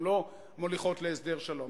הן לא מוליכות להסדר שלום.